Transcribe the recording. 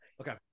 Okay